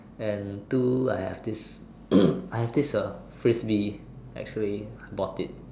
and two I have this I have this uh frisbee actually bought it